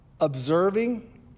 observing